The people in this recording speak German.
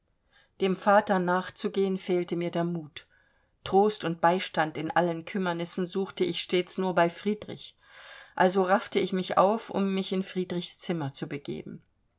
dem vater nachzugehen fehlte mir der mut trost und beistand in allen kümmernissen suchte ich stets nur bei friedrich also raffte ich mich auf um mich in friedrichs zimmer zu begeben